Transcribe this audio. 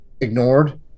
ignored